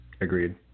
Agreed